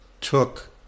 took